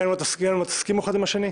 גם אם לא תסכימו אחד עם השני.